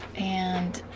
and